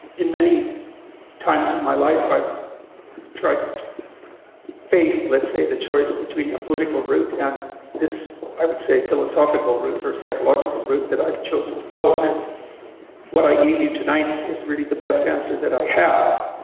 in many times in my life, i've tried to face, let's say, the choice between a political route and this, i would say, a philosophical route or a psychological route that i've chosen to go. and what i gave you tonight is really the best answer that i have.